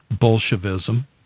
Bolshevism